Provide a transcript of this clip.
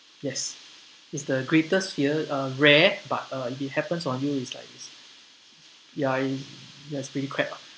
yes is the greatest fear uh rare but uh if it happens on you is like is like yea its pretty crap ah